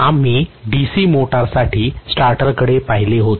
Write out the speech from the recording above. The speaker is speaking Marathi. आम्ही DC मोटरसाठी स्टार्टरकडे पाहिले होते